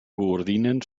coordinen